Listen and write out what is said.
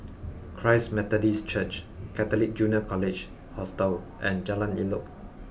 Christ Methodist Church Catholic Junior College Hostel and Jalan Elok